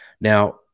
now